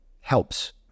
helps